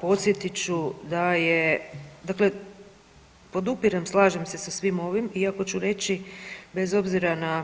Podsjetit ću da je, dakle podupirem i slažem se sa svim ovim iako ću reći bez obzira na